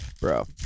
bro